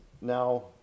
now